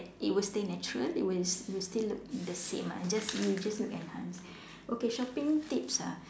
it would stay natural it would s~ it would still look the same ah just you'll just look enhanced okay shopping tips ah